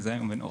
וזה איום ונורא.